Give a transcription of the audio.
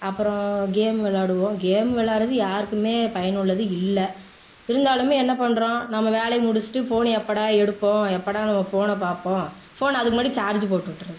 அப்புறம் கேம் விளையாடுவோம் கேம் விளையாடுறது யாருக்குமே பயனுள்ளது இல்லை இருந்தாலுமே என்ன பண்ணுறோம் நம்ம வேலையை முடிச்சுட்டு ஃபோன் எப்போடா எடுப்போம் எப்போடா ஃபோனன பார்ப்போம் ஃபோனை அதுக்கு முன்னாடி சார்ஜ் போட்டு விட்டுறது